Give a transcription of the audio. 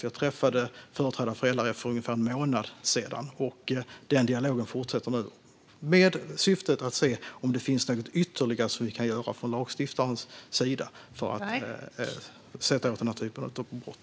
Jag träffade företrädare för LRF för ungefär en månad sedan, och denna dialog fortsätter i syfte att se om något ytterligare kan göras från lagstiftarens sida för att komma åt denna typ av brott.